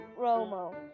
Romo